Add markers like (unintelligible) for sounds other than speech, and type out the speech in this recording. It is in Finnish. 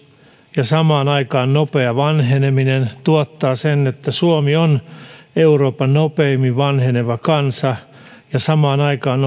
ja samaan aikaan nopea vanheneminen tuottavat sen että suomi on euroopan nopeimmin vanheneva kansa samaan aikaan (unintelligible)